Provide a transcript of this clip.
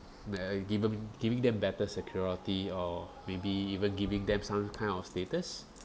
given giving them better security or maybe even giving them some kind of status